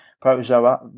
protozoa